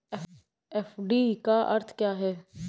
FD का अर्थ क्या है?